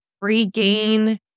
regain